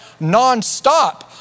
nonstop